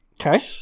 Okay